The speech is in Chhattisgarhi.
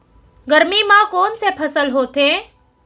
गरमी मा कोन से फसल होथे?